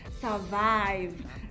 survive